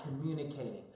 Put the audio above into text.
communicating